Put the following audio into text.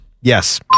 Yes